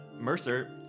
Mercer